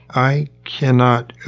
i cannot,